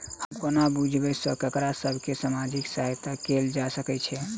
हम कोना बुझबै सँ ककरा सभ केँ सामाजिक सहायता कैल जा सकैत छै?